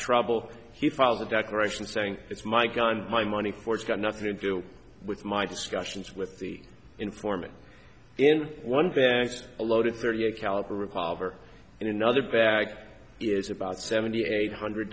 trouble he filed a declaration saying it's my gun my money for it's got nothing to do with my discussions with the informant in one best a loaded thirty eight caliber revolver and another back is about seventy eight hundred